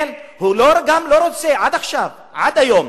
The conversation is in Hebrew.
הוא גם לא רוצה, עד עכשיו, עד היום,